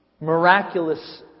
miraculous